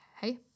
hey